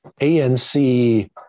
anc